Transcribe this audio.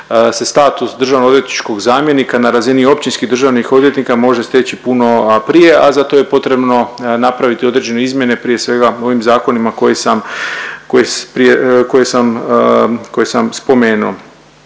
status državno odvjetničkog zamjenika na razini općinskih državnih odvjetnika može steći puno prije, a za to je potrebno napraviti određene izmjene prije svega ovim zakonima koji sam, koje